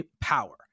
power